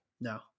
No